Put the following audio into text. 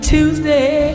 Tuesday